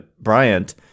Bryant